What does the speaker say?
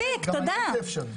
תודה.